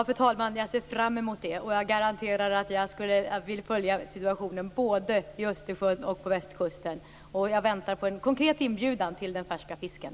Fru talman! Jag ser fram emot det. Jag garanterar att jag kommer att följa situationen både vid Östersjön och på västkusten. Jag väntar på en konkret inbjudan till den färska fisken!